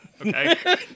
okay